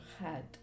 head